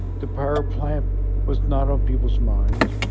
the power plant was not on people's minds.